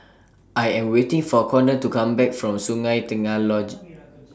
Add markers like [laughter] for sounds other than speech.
I Am waiting For Konnor to Come Back from Sungei Tengah Lodge [noise]